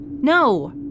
No